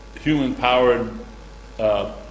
human-powered